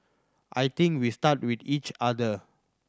I think we start with each us